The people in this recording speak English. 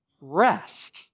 rest